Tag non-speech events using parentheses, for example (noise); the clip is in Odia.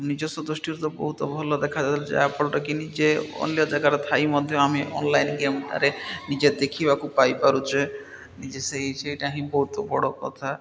ନିଜସ୍ୱ ଦୃଷ୍ଟିରୁ ତ ବହୁତ ଭଲ ଦେଖା (unintelligible) ଯାହାଫଳରେକିନି ଯେ ଅନ୍ୟ ଜାଗାରେ ଥାଇ ମଧ୍ୟ ଆମେ ଅନ୍ଲାଇନ୍ ଗେମ୍ଟାରେ ନିଜେ ଦେଖିବାକୁ ପାଇପାରୁଛେ ନିଜେ ସେଇ ସେଇଟା ହିଁ ବହୁତ ବଡ଼ କଥା